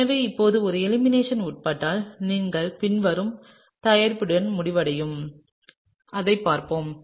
எனவே இப்போது இது எலிமினேஷன் உட்பட்டால் நீங்கள் பின்வரும் தயாரிப்புடன் முடிவடையும் அதைப் பார்ப்போம்